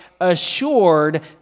assured